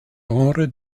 genre